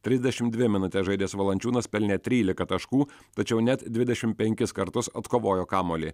trisdešim dvi minutes žaidęs valančiūnas pelnė trylika taškų tačiau net dvidešim penkis kartus atkovojo kamuolį